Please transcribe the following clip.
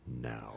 now